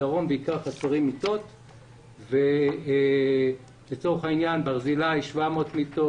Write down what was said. בדרום חסרות מיטות ולצורך העניין ברזילי עם 700 מיטות,